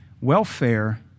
Welfare